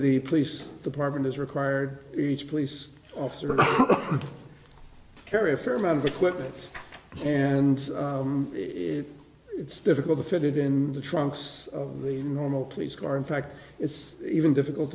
the police department is required each police officer carry a fair amount of equipment and it it's difficult to fit it in the trunks of the normal police car in fact it's even difficult